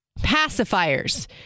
pacifiers